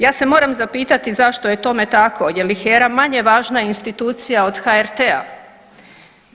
Ja se moram zapitati zašto je tome tako, je li HERA manje važna institucija od HRT-a?